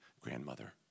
grandmother